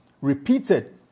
repeated